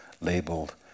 labeled